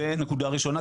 זו נקודה ראשונה,